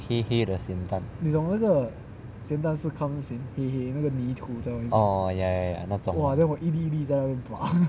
黑黑的咸蛋 oh ya ya ya 那种 oh